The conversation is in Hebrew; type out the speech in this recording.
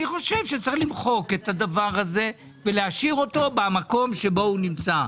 אני חושב שצריך למחוק את הדבר הזה ולהשאיר אותו במקום בו הוא נמצא.